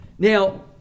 Now